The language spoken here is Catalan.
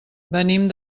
venim